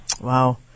Wow